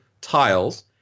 tiles